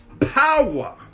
power